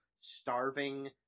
starving